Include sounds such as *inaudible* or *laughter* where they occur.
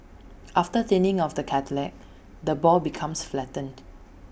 *noise* after thinning of the cartilage the ball becomes flattened